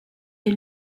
des